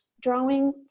drawing